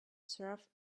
serve